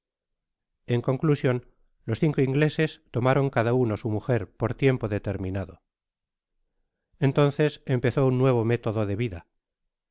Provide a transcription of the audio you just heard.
en conclusion los cinco ingleses tomaron oada uno su mujer por tiempo determinado entonces empezó un nuevo método de vida